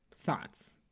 Thoughts